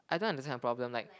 I don't understand her problem like